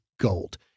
gold